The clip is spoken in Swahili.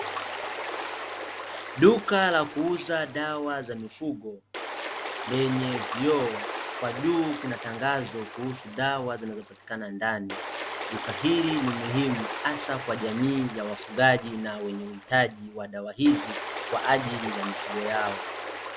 Duka la kuuza dawa za mifugo lenye vioo. Kwa juu kuna tangazo kuhusu dawa zinazopatikana ndani. Duka hili ni muhimu hasa kwa jamii ya wafugaji, na wenye uhitaji wa dawa hizi kwaajili ya mifugo yao.